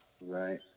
Right